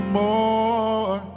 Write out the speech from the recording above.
more